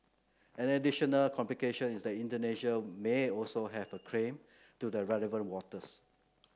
an additional complication is that Indonesia may also have a claim to the relevant waters